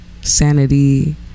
sanity